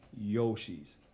Yoshis